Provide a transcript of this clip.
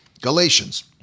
Galatians